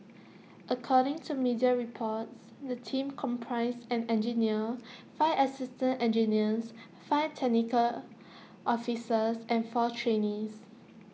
according to media reports the team comprised an engineer five assistant engineers five technical officers and four trainees